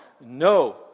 no